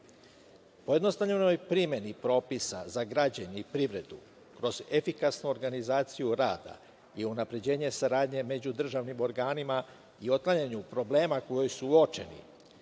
njima. Pojednostavljenoj primeni propisa za građane i privredu, kroz efikasnu organizaciju rada i unapređenja saradnje među državnim organima i otklanjanju problema koji su uočeni…